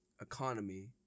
economy